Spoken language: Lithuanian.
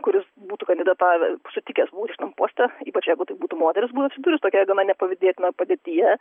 kuris būtų kandidatavę sutikęs būti šitam poste ypač jeigu tai būtų moteris buvus tokia gana nepavydėtina padėtyje